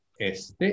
Este